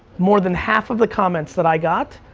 more than half of the comments that i got,